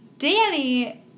Danny